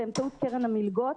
באמצעות קרן המלגות.